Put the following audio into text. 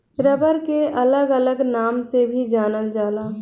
rubber के अलग अलग नाम से भी जानल जाला